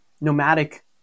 nomadic